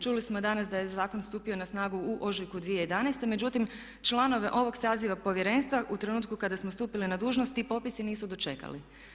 Čuli smo danas da je zakon stupio na snagu u ožujku 2011., međutim članove ovog saziva povjerenstva u trenutku kada smo stupili na dužnost ti popisi nisu dočekali.